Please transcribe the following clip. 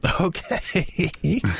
Okay